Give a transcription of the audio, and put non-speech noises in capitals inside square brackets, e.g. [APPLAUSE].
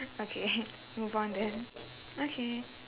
okay [NOISE] move on then okay